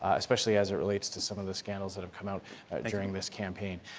especially as it relates to some of the scandals that have come out during this campaign.